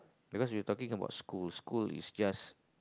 because you talking about school school is just